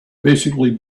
basically